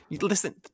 Listen